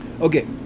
Okay